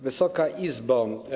Wysoka Izbo!